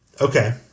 Okay